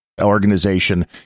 organization